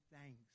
thanks